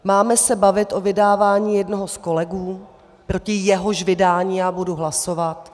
Máme se bavit o vydávání jednoho z kolegů, proti jehož vydání já budu hlasovat.